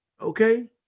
Okay